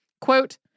quote